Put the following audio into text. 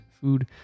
food